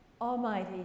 Almighty